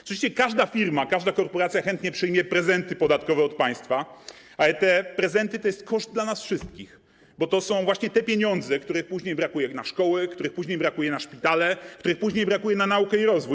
Oczywiście każda firma, każda korporacja chętnie przyjmie prezenty podatkowe od państwa, ale te prezenty to jest koszt dla nas wszystkich, bo to są właśnie te pieniądze, których później brakuje na szkoły, których później brakuje na szpitale, których później brakuje na naukę i rozwój.